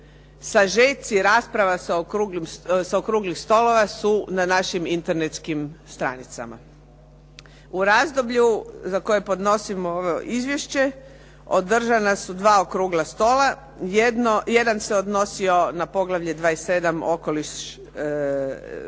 Sažeci rasprava sa okruglih stolova su na našim internetskim stranicama. U razdoblju za koje podnosim ovo izvješće održana su dva okrugla stola. Jedan se odnosio na poglavlje 27. - Okoliš